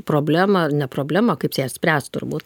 problemą ne problemą kaip ją spręst turbūt